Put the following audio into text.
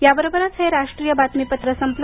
याबरोबरच हे राष्ट्रीय बातमीपत्र संपलं